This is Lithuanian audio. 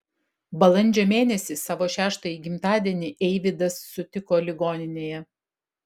balandžio mėnesį savo šeštąjį gimtadienį eivydas sutiko ligoninėje